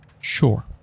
Sure